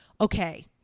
okay